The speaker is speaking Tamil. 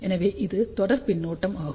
எனவே இது தொடர் பின்னோட்டம் ஆகும்